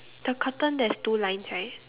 the curtain there's two lines right